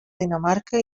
dinamarca